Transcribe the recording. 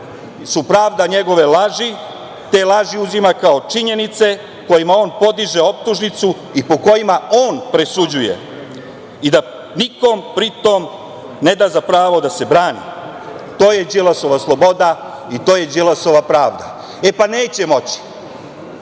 su pravda njegove laži. Te laži uzima kao činjenice kojima on podiže optužnicu i po kojima on presuđuje i da nikome pri tom ne da za pravo da se brani. To je Đilasova sloboda i to je Đilasova pravdaE, pa neće moći,